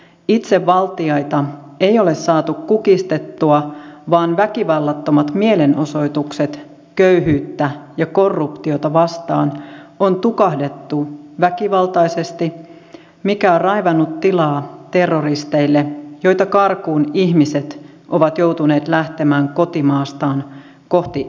itsevaltiaita ei ole saatu kukistettua vaan väkivallattomat mielenosoitukset köyhyyttä ja korruptiota vastaan on tukahdutettu väkivaltaisesti mikä on raivannut tilaa terroristeille joita karkuun ihmiset ovat joutuneet lähtemään kotimaastaan kohti eurooppaa